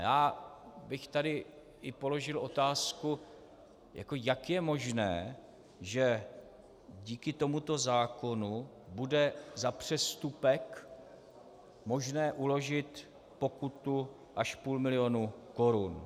Já bych tady i položil otázku, jak je možné, že díky tomuto zákonu bude za přestupek možné uložit pokutu až půl milionu korun.